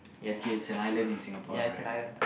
okay it's an island in Singapore right